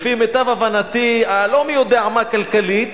לפי מיטב הבנתי הלא מי-יודע-מה כלכלית,